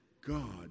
God